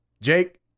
jake